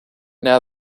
now